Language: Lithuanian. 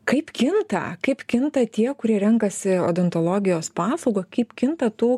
kaip kinta kaip kinta tie kurie renkasi odontologijos paslaugą kaip kinta tų